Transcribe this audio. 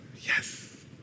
Yes